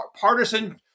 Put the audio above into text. partisan